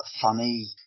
funny